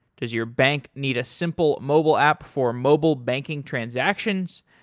does your bank need a simple mobile app for mobile banking transactions?